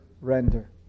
render